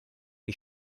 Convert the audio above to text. les